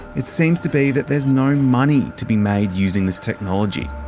it seems to be that there's no money to be made using this technology.